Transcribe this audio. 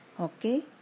Okay